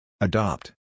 Adopt